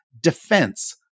defense